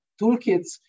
toolkits